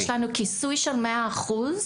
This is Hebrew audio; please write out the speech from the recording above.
יש לנו כיסוי של מאה אחוז.